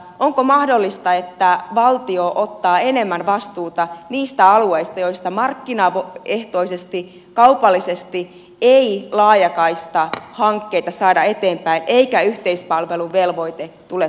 onko mahdollista että valtio ottaa enemmän vastuuta niistä alueista joista markkinaehtoisesti kaupallisesti ei laajakaistahankkeita saada eteenpäin eikä yhteispalveluvelvoite tule toteutumaan